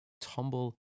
tumble